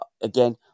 again